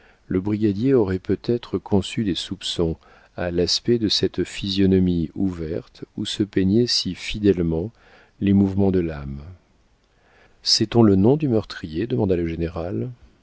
le brigadier aurait peut-être conçu des soupçons à l'aspect de cette physionomie ouverte où se peignaient si fidèlement les mouvements de l'âme sait-on le nom du meurtrier demanda le général